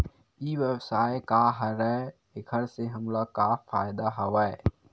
ई व्यवसाय का हरय एखर से हमला का फ़ायदा हवय?